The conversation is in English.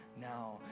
now